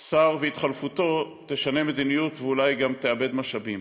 שר והתחלפותו ישנו מדיניות ואולי גם יאבדו משאבים.